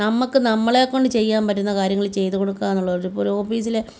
നമ്മൾക്ക് നമ്മളെക്കൊണ്ട് ചെയ്യാൻ പറ്റുന്ന കാര്യങ്ങൾ ചെയ്തു കൊടുക്കുകയെന്നുള്ളൊരു ഇപ്പം ഒരു ഓഫീസിലെ